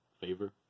Favor